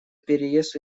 переезд